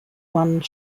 one